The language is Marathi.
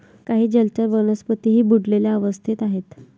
काही जलचर वनस्पतीही बुडलेल्या अवस्थेत आहेत